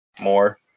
more